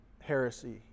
heresy